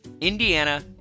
Indiana